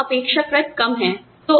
कारोबार अपेक्षाकृत कम है